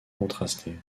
contrasté